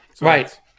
Right